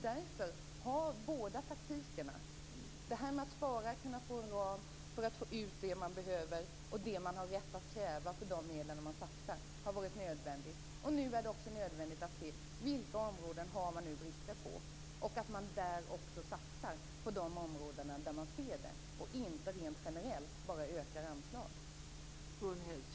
Det har varit nödvändigt att spara och få en ram för att få ut det man behöver och det man har rätt att kräva för de medel man satsar. Nu är det också nödvändigt att se vilka områden det finns brister på och satsa på dem i stället för att öka anslagen rent generellt.